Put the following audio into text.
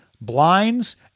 blinds